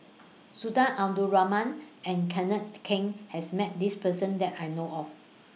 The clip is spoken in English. Sultan Abdul Rahman and Kenneth Keng has Met This Person that I know of